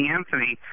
Anthony